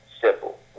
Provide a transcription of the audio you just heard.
simple